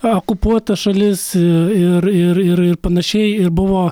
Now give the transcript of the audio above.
a okupuota šalis ir ir ir ir panašiai ir buvo